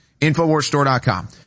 InfoWarsStore.com